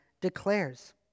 declares